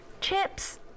chips